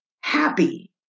Happy